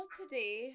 today